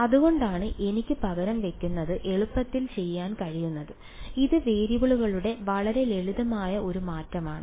അതുകൊണ്ടാണ് എനിക്ക് പകരം വയ്ക്കുന്നത് എളുപ്പത്തിൽ ചെയ്യാൻ കഴിയുന്നത് ഇത് വേരിയബിളുകളുടെ വളരെ ലളിതമായ ഒരു മാറ്റമാണ്